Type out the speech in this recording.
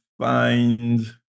find